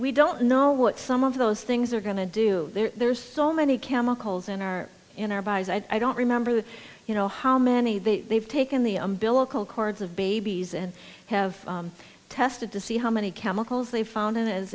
we don't know what some of those things are going to do there's so many chemicals in our in our bodies i don't remember that you know how many they've taken the umbilical cords of babies and have tested to see how many chemicals they found in as